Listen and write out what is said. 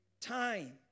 time